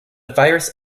virus